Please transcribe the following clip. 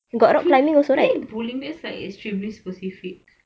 play bowling that's like extremely specific